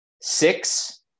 six